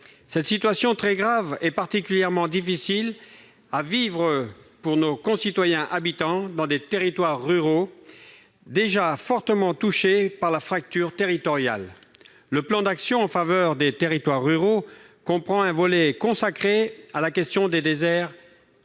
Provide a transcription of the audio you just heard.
Cette situation très grave est particulièrement difficile à vivre pour nos concitoyens habitant dans des territoires ruraux, déjà fortement touchés par la fracture territoriale. Le plan d'action en faveur des territoires ruraux comprend un volet consacré à la question des déserts